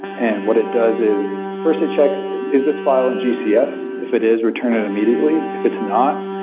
and what it does is first it checks is this file in gcs. if it is, return it immediately. if it's not,